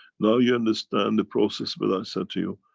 now you understand the process when i said to you,